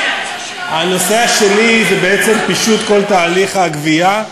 הנושא השני זה בעצם פישוט כל תהליך הגבייה.